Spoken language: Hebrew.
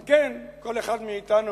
על כן, כל אחד מאתנו